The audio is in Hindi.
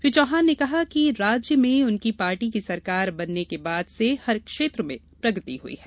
श्री चौहान ने कहा कि राज्य में उनकी पार्टी की सरकार बनने के बाद से हर क्षेत्र में प्रगति हई है